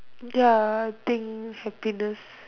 ya think happiness